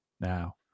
now